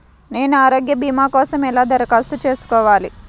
నేను ఆరోగ్య భీమా కోసం ఎలా దరఖాస్తు చేసుకోవాలి?